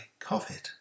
COVID